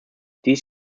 dies